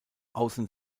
außen